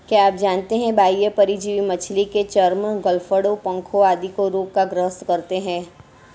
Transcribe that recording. क्या आप जानते है बाह्य परजीवी मछली के चर्म, गलफड़ों, पंखों आदि को रोग ग्रस्त करते हैं?